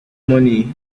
money